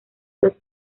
los